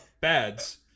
bads